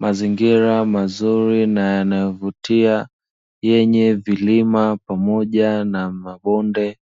Mazingira mazuri na yanayovutia yenye vilima pamoja na mabonde,